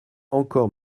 encore